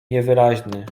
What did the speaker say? niewyraźny